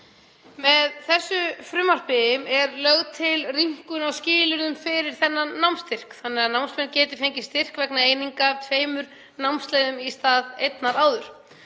Með þessu frumvarpi er lögð til rýmkun á skilyrðum fyrir þennan námsstyrk þannig að námsmenn geti fengið styrk vegna eininga af tveimur námsleiðum í stað einnar áður.